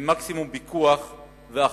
עם מקסימום פיקוח ואחריות.